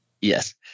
Yes